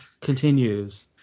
continues